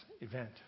event